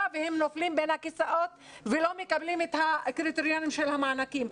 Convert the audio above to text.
והם נופלים בין הכיסאות ולא מקבלים את הקריטריונים של המענקים.